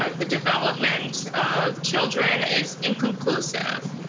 ah the development of children is inconclusive.